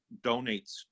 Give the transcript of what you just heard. donates